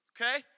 Okay